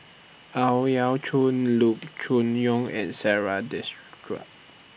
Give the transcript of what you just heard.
Ang Yau Choon Loo Choon Yong and Sarah